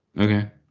Okay